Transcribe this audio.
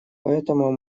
поэтому